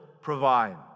provide